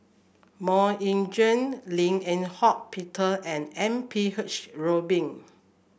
MoK Ying Jang Lim Eng Hock Peter and M P H Rubin